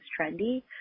trendy